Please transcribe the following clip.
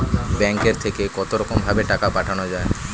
ব্যাঙ্কের থেকে কতরকম ভাবে টাকা পাঠানো য়ায়?